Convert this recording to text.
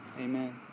Amen